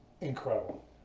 incredible